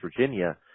Virginia